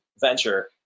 venture